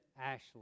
Ashley